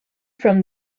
from